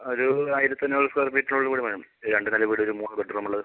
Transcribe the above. ഒരു ആയിരത്തഞ്ഞൂറ് square feet ഉള്ള വീട് വേണം രണ്ട് നില വീട് ഒരു മൂന്ന് ബെഡ്റൂമ് ഉള്ളത്